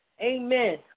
Amen